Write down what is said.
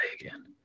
again